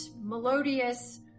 melodious